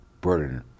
burden